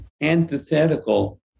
antithetical